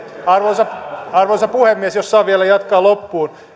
arvoisa arvoisa puhemies jos saan vielä jatkaa loppuun